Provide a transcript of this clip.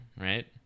right